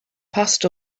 passed